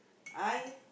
I